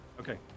Okay